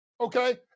okay